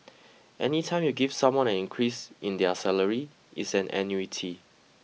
any time you give someone an increase in their salary it's an annuity